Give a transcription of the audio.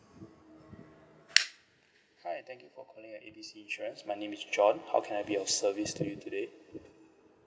hi thank you for calling our A B C insurance my name is john how can I be of service to you today